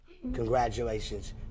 Congratulations